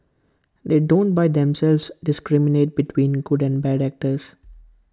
they don't by themselves discriminate between good and bad actors